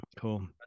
cool